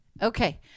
Okay